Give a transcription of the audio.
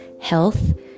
health